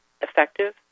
effective